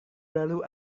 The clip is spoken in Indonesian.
lalu